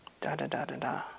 da-da-da-da-da